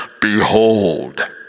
behold